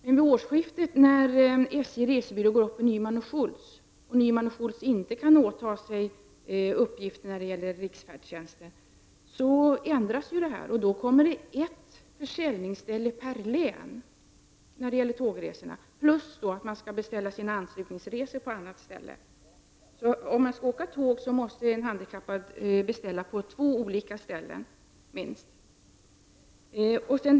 Men vid årsskiftet, då SJ:s resebyrå gick upp i Nyman & Schultz som inte kan åta sig uppgiften att handha riksfärdtjänsten, ändrades reglerna. Då blev det ett försäljningsställe per län för tågresorna. Dessutom skulle man beställa sina anslutningsresor på annat ställe. Den handikappade som skall åka tåg måste alltså beställa resor på minst två ställen.